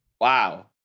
Wow